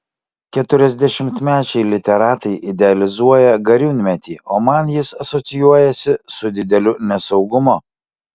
keturiasdešimtmečiai literatai idealizuoja gariūnmetį o man jis asocijuojasi su dideliu nesaugumu